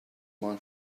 man